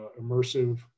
immersive